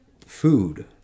food